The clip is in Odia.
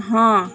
ହଁ